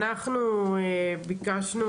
אני פותחת את ישיבת הוועדה לביטחון פנים.